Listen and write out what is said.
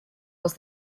was